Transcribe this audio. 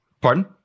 Pardon